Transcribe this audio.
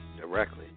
directly